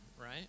right